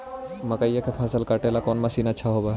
मकइया के फसल काटेला कौन मशीन अच्छा होव हई?